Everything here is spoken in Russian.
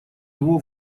его